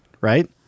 right